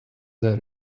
there